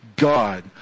God